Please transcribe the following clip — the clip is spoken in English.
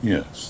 Yes